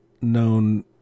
known